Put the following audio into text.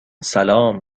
سلام